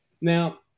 Now